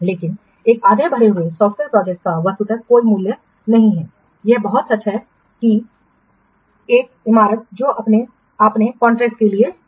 लेकिन एक आधे भरे हुए सॉफ्टवेयर प्रोजेक्ट का वस्तुतः कोई मूल्य नहीं है यह बहुत सच है कि एक इमारत जो आपने कॉन्ट्रैक्ट के लिए दी है